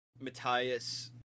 Matthias